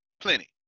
Plenty